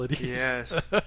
Yes